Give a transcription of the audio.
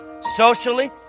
socially